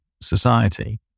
society